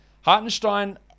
Hartenstein